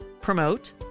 promote